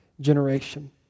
generation